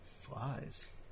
Flies